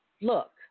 Look